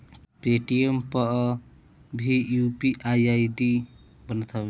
Paytm पअ भी UPI ID बनत हवे